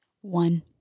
One